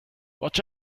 watch